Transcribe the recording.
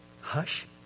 Hush